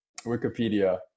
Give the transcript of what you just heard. Wikipedia